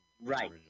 Right